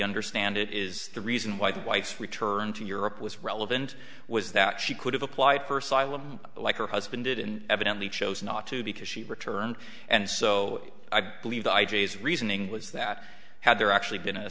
understand it is the reason why the whites returned to europe was relevant was that she could have applied for asylum like her husband did and evidently chose not to because she returned and so i believe the id's reasoning was that had there actually been a